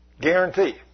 Guarantee